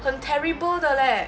很 terrible 的 leh